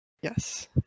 yes